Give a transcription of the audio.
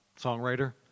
songwriter